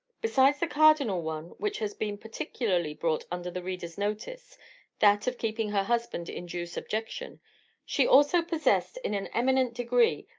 besides the cardinal one which has been particularly brought under the reader's notice that of keeping her husband in due subjection she also possessed, in an eminent degree,